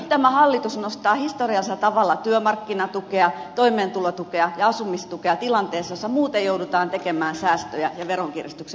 nyt tämä hallitus nostaa historiallisella tavalla työmarkkinatukea toimeentulotukea ja asumistukea tilanteessa jossa muuten joudutaan tekemään säästöjä ja veronkiristyksiä